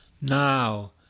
now